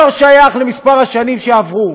שנים, זה לא שייך למספר השנים שעברו,